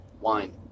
wine